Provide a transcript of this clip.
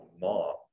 mom